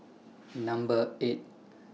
Number eight